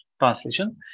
Translation